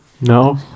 No